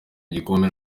igikombe